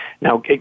Now